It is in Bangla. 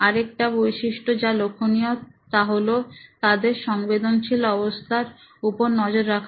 আরেকটি বৈশিষ্ট্য যা লক্ষণীয় তাহলো তাদের সংবেদনশীল অবস্থার উপর নজর রাখা